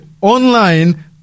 online